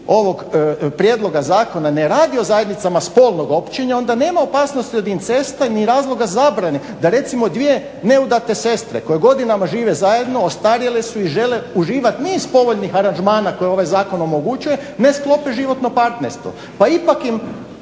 ovog prijedloga zakona ne radi o zajednicama spolnog općenja onda nema opasnosti od incesta ni razloga zabrane da recimo dvije neudate sestre koje godinama žive zajedno, ostarjele su i žele uživati niz povoljnih aranžmana koje ovaj zakon omogućuje ne sklope životno partnerstvo. Pa ipak im